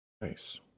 nice